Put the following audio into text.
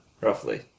roughly